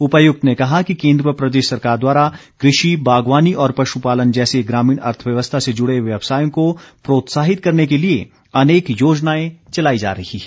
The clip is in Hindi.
उपायुक्त ने कहा कि केन्द्र व प्रदेश सरकार द्वारा कृषि बागवानी और पशुपालन जैसे ग्रामीण अर्थव्यवस्था से जुड़े व्यवसायों को प्रोत्साहित करने के लिए अनेक योजनाएं चलाई जा रही हैं